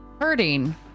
hurting